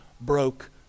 broke